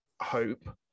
hope